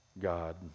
God